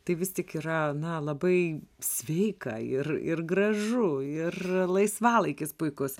tai vis tik yra na labai sveika ir ir gražu ir laisvalaikis puikus